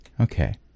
okay